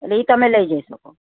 એટલે એ તમે લઈ જઈ શકો